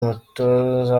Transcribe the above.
umutoza